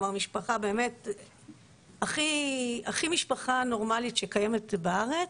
כלומר משפחה באמת הכי משפחה נורמלית שקיימת בארץ.